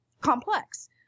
complex